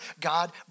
God